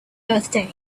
birthday